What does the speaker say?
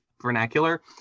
vernacular